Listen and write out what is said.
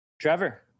Trevor